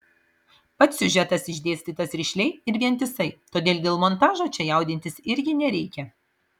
pats siužetas išdėstytas rišliai ir vientisai todėl dėl montažo čia jaudintis irgi nereikia